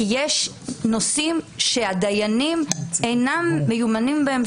כי יש נושאים שהדיינים אינם מיומנים בהם,